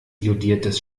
jodiertes